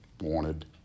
wanted